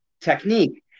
technique